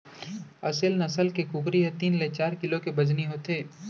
असेल नसल के कुकरी ह तीन ले चार किलो के बजनी होथे